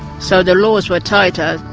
so the laws were tighter.